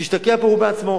שישתקע פה הוא בעצמו,